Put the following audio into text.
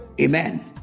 Amen